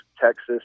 Texas